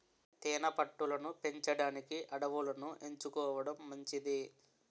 తేనె పట్టు లను పెంచడానికి అడవులను ఎంచుకోవడం మంచిది